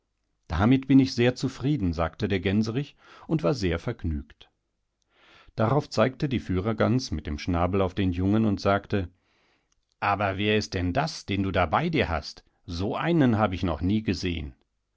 im anfang nicht tüchtig ist wasmeinstdudazu daßdueinpaartagebeiunsbleibst biswirgesehen haben obduzuetwaszugebrauchenbist damitbinichsehrzufrieden sagtedergänserichundwarsehrvergnügt darauf zeigte die führergans mit dem schnabel auf den jungen und sagte aber wer ist denn das den du da bei dir hast so einen hab ich noch nie gesehen